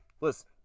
Listen